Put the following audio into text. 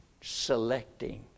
Selecting